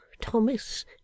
thomas